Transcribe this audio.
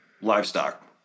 Livestock